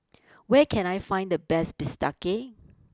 where can I find the best Bistake